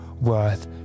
worth